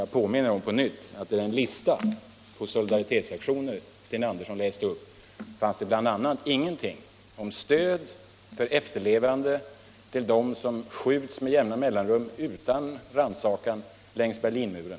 Jag påminner på nytt om att i den lista över solidaritetsaktioner som Sten Andersson läste upp inte fanns något med om stöd åt efterlevande till alla dem som utan rannsakan med jämna mellanrum skjuts längs Berlinmuren.